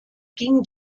ging